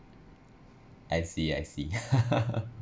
I see I see